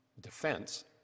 defense